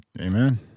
amen